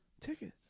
Tickets